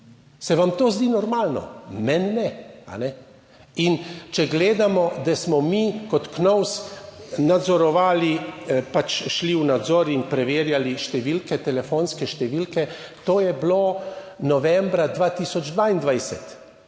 Se vam to zdi normalno? Meni ne. In če gledamo, da smo mi kot KNOVS nadzorovali, pač šli v nadzor in preverjali številke, telefonske številke, to je bilo novembra 2022,